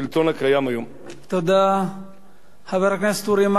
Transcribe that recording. לא נכריז ולא נפעל לשתי מדינות לשני עמים,